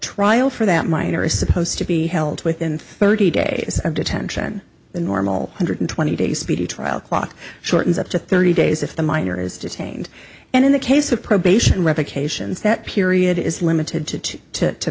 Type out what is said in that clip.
trial for that minor is supposed to be held within thirty days of detention the normal hundred twenty days speedy trial clock shortens up to thirty days if the minor is detained and in the case of probation revocation that period is limited to two to